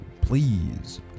please